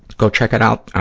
go check it out.